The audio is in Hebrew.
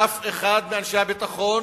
אף אחד מאנשי הביטחון